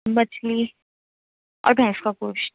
مچھلی اور بھینس کا گوشت